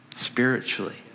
spiritually